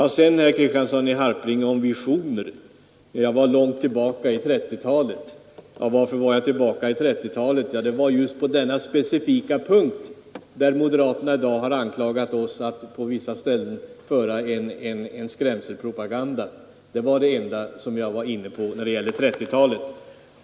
Herr Kristiansson i Harplinge talade om visioner och sade att jag var långt tillbaka i 1930-talet. Varför nämnde jag 1930-talet? Jo, därför att moderaterna i dag anklagat oss för att föra en skrämselpropaganda. Det var den enda punkt där jag berörde 1930-talet.